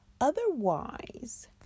Otherwise